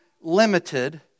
limited